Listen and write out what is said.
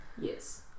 yes